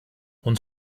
uns